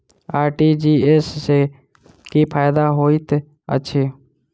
RTGS सँ की फायदा होइत अछि?